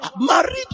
married